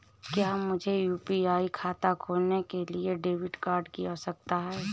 क्या मुझे यू.पी.आई खाता खोलने के लिए डेबिट कार्ड की आवश्यकता है?